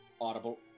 Audible